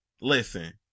Listen